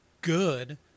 good